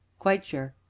quite sure.